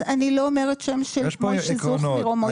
אז אני לא אומרת שם, משה זוכמיר או משה כהן.